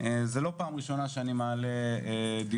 זה לא פעם ראשונה שאני מעלה דיון,